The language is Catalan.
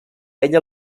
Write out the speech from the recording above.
ella